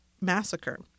massacre